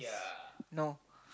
no